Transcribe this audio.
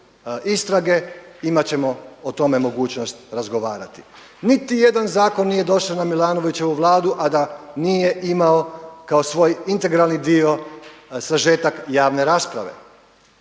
istrage, imat ćemo o tome mogućnost razgovarati. Niti jedan zakon nije došao na Milanovićevu Vladu a da nije imao kao svoj integralni dio sažetak javne rasprave,